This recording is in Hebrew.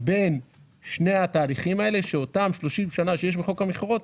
בין שני התהליכים האלה שאותם 30 שנה שיש בחוק המכרות,